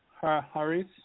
Harris